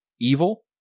evil